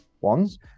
ones